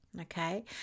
Okay